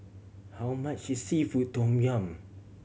how much is seafood tom yum